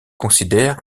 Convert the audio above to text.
considèrent